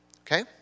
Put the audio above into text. okay